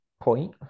point